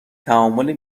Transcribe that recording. تعامل